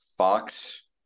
Fox